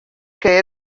que